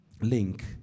link